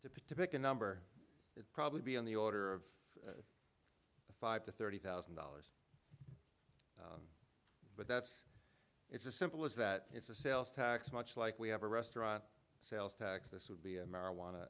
particular number it's probably be on the order of five to thirty thousand dollars but that's it's as simple as that it's a sales tax much like we have a restaurant sales tax this would be a marijuana